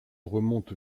remonte